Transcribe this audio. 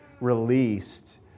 released